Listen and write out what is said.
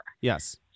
Yes